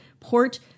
Port